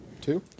Two